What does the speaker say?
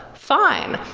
fine.